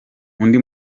undi